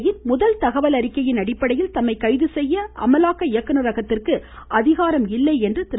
யின் முதல் தகவல் அறிக்கையின் அடிப்படையில் தம்மை கைது செய்ய அமலாக்க இயக்குநரகத்திற்கு அதிகாரம் இல்லை என்று திரு